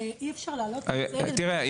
תראה,